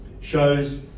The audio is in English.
shows